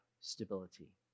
stability